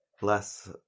less